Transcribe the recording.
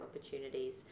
opportunities